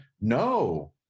No